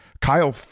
Kyle